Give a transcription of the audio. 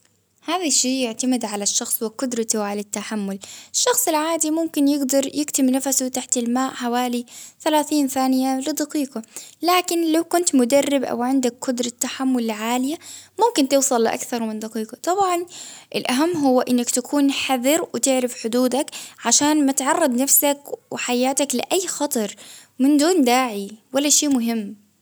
هذا الشيء يعتمد على الشخص وقدرته على التحمل، الشخص العادي ممكن يقدر يكتم نفسه تحت الماء حوالي ثلاثين ثانية لدقيقة، لكن لو كنت مدرب أو عندك قدرة تحمل عالية ممكن توصل لأكثر من دقيقة، طبعا الأهم هو إنك تكون حذر وتعرف حدودك، عشان ما تعرض نفسك وحياتك لأي خطر، من دون داعي ولا شي مهم.